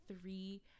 three